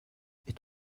est